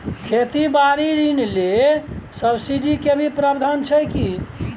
खेती बारी ऋण ले सब्सिडी के भी प्रावधान छै कि?